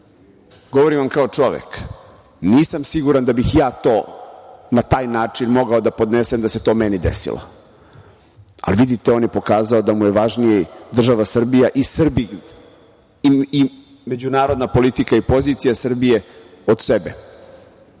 vam kao čovek – nisam siguran da bih ja to na taj način mogao da podnesem da se to meni desilo. Vidite, on je pokazao da mu je važnija država Srbija i Srbi i međunarodna politika i pozicija Srbije od sebe.